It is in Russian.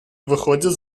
выходят